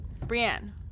Brienne